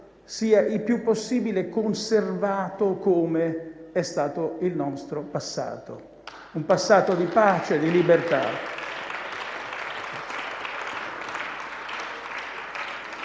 sia il più possibile conservato come è stato il nostro passato: un passato di pace e di libertà.